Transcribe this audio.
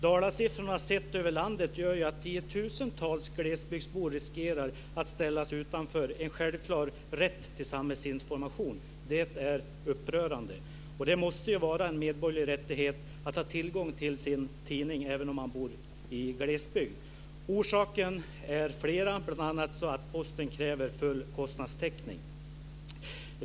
Dalasiffrorna, sedda över landet, gör att tio tusentals glesbygdsbor riskerar att ställas utanför en självklar rätt till samhällsinformation. Det är upprörande. Det måste vara en medborgerlig rättighet att ha tillgång till sin tidning även om man bor i glesbygd. Orsakerna är flera. Bl.a. kräver Posten full kostnadstäckning.